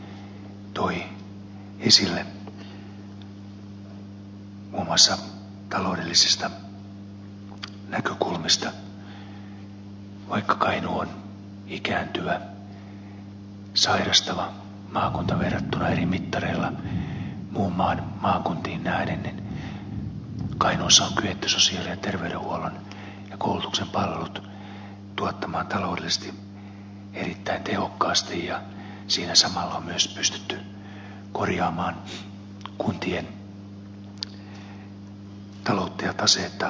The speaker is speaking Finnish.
muun muassa taloudellisista näkökulmista vaikka kainuu on ikääntyvä sairastava maakunta verrattuna eri mittareilla muun maan maakuntiin nähden kainuussa on kyetty sosiaali ja terveydenhuollon ja koulutuksen palvelut tuottamaan taloudellisesti erittäin tehokkaasti ja siinä samalla on myös pystytty korjaamaan kuntien taloutta ja taseita aika voimakkaasti